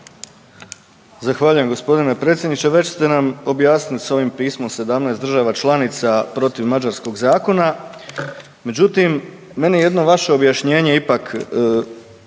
Zahvaljujem g. predsjedniče. Već ste nam objasnili s ovim pismom 17 država članica protiv mađarskog zakona, međutim meni jedno vaše objašnjenje ipak